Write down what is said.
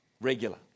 regular